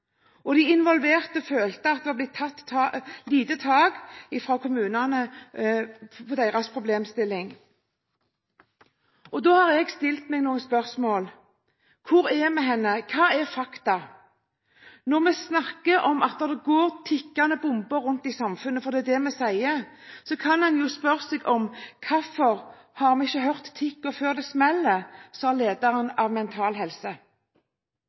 De involverte følte at det fra kommunenes side var tatt lite tak i deres problemstilling. Jeg har stilt meg selv noen spørsmål. Hvor er vi? Hva er fakta? Når vi snakker om at det går tikkende bomber rundt i samfunnet – for det er det vi sier – kan en jo spørre seg hvorfor vi ikke har hørt «tikket» før det smeller. Det sa lederen av Mental Helse.